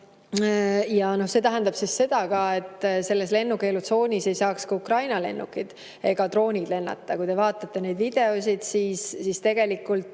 olnud. See tähendab seda, et selles lennukeelutsoonis ei saaks ka Ukraina lennukid ega droonid lennata. Kui te vaatate neid videoid, siis tegelikult